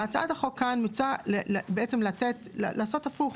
בהצעת החוק כאן מוצע לעשות הפוך,